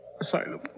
asylum